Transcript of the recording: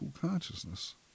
consciousness